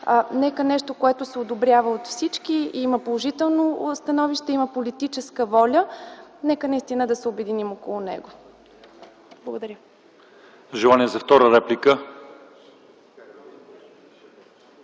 нека нещо, което се одобрява от всички и има положително становище и политическа воля, наистина да се обединим около него. Благодаря.